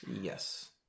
Yes